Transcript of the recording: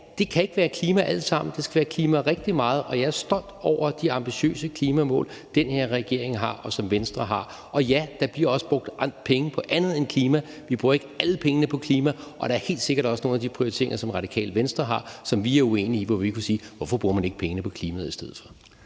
det kan ikke være klima alt sammen. Rigtig meget af det skal være klima, og jeg er stolt over de ambitiøse klimamål, den her regering har, og som Venstre har. Og ja, der bliver også brugt penge på andet end klima. Vi bruger ikke alle pengene på klima, og der er helt sikkert også nogle af de prioriteringer, som Radikale Venstre har, som vi er uenige i, og hvor vi kunne spørge: Hvorfor bruger man ikke pengene på klimaet i stedet for?